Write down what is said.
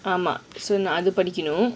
ஆமா அது படிக்கணும்:aaama athu padikkanum you know